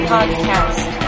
Podcast